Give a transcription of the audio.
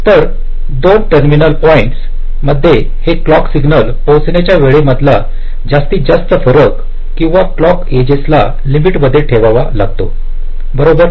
तर दोन terminal points मध्ये हे क्लॉक सिग्नल पोहोचण्याच्या वेळे मधला जास्तीत जास्त फरक किंवा क्लॉक एजसला लिमिट मध्ये ठेवावे लागतो बरोबर